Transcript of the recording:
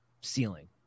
ceiling